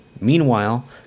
Meanwhile